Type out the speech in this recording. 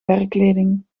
werkkleding